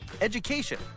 education